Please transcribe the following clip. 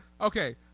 Okay